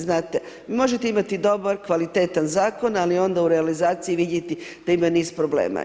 Znate, možete imati dobar, kvalitetan zakon ali onda u realizaciji vidjeti da ima niz problema.